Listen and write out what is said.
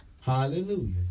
Hallelujah